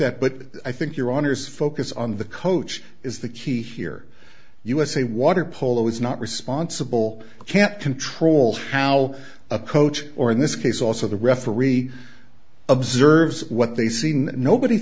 that but i think your honour's focus on the coach is the key here usa waterpolo is not responsible can't control how a coach or in this case also the referee observes what they seen nobody